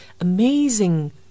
amazing